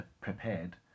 prepared